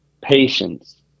Patience